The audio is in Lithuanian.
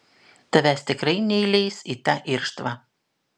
tavęs tikrai neįleis į tą irštvą